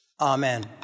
Amen